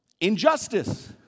injustice